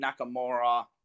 Nakamura